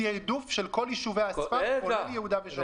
תעדוף של כל יישובי הספר, כולל יהודה ושומרון.